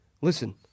Listen